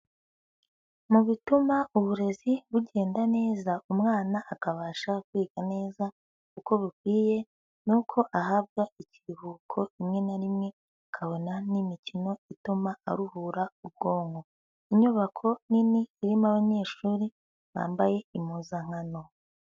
Mu bituma uburezi bugenda neza umwana akabasha kwiga neza uko bikwiye, ni uko ahabwa ikiruhuko rimwe na rimwe akabona n'imikino ituma aruhura ubwonko. Inyubako nini irimo abanyeshuri bambaye impuzankano.